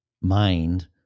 mind